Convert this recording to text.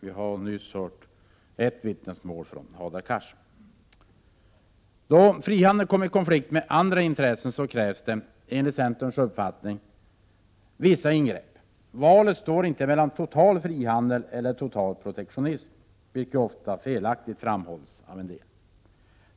Vi har nyss hört ett vittnesmål från Hadar Cars. Då frihandeln kommer i konflikt med andra intressen krävs det enligt centerns uppfattning vissa ingrepp. Valet står inte mellan total frihandel eller total protektionism, vilket ofta felaktigt framhålls av en del.